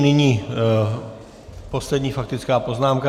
Nyní poslední faktická poznámka.